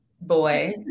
Boy